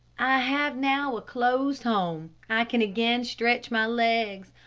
i have now a closed home. i can again stretch my legs.